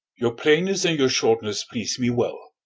your plainness and your shortness please me well.